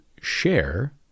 share